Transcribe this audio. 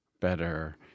better